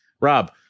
Rob